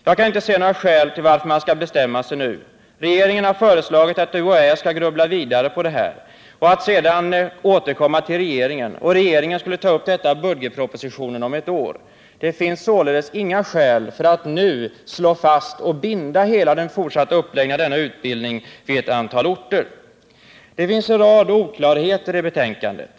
Jag kan inte se några skäl till att man skall bestämma sig nu. Regeringen har föreslagit att UHÄ skall grubbla vidare på den här frågan och återkomma till regeringen, som sedan skall ta upp ärendet i budgetpropositionen om ett år. Det finns således inga skäl för att nu binda hela den fortsatta uppläggningen av denna utbildning vid ett antal orter. Det finns en rad oklarheter i betänkandet.